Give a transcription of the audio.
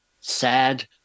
sad